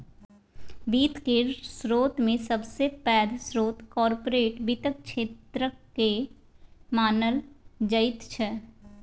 वित्त केर स्रोतमे सबसे पैघ स्रोत कार्पोरेट वित्तक क्षेत्रकेँ मानल जाइत छै